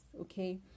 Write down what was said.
okay